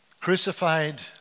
crucified